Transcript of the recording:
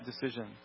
decision